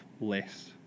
less